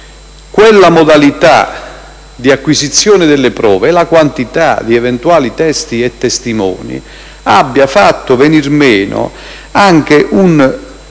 quella modalità di acquisizione delle prove e la quantità di eventuali testimoni abbiano fatto venir meno anche una